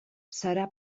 serà